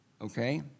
okay